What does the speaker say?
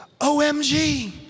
OMG